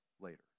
later